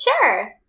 Sure